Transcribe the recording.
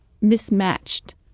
mismatched